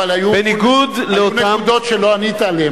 אבל היו נקודות שלא ענית עליהן,